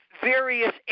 various